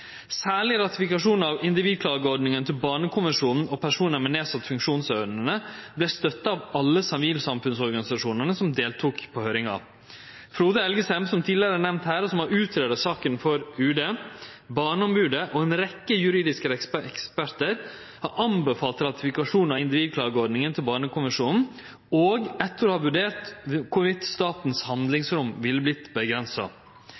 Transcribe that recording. Særleg ratifikasjonen av individklageordninga til barnekonvensjonen og konvensjonen om personar med nedsett funksjonsevne vart støtta av alle sivilsamfunnsorganisasjonane som deltok på høyringa. Frode Elgesem, som tidlegare er nemnd her, og som har greidd ut saka for UD, Barneombodet og ei rekkje juridiske ekspertar har anbefalt ratifikasjon av individklageordninga til barnekonvensjonen, òg etter å ha vurdert om statens